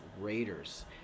Raiders